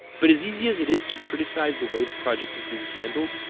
but, as easy as it is to criticize the way the project is being handled,